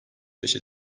beşe